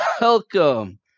welcome